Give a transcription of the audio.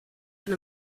than